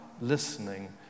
listening